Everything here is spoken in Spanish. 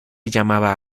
llamaba